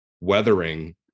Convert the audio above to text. weathering